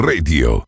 Radio